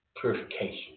purification